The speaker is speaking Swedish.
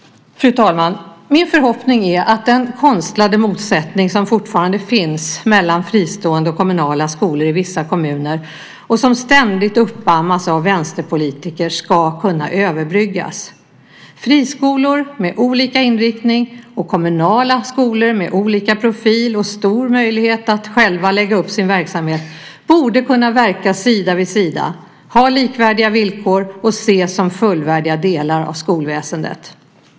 Fru talman! Min förhoppning är att den konstlade motsättning som fortfarande finns mellan fristående och kommunala skolor i vissa kommuner, och som ständigt uppammas av vänsterpolitiker, ska kunna överbryggas. Friskolor med olika inriktning och kommunala skolor med olika profil och stor möjlighet att själva lägga upp sin verksamhet borde kunna verka sida vid sida, ha likvärdiga villkor och ses som fullvärdiga delar av skolväsendet.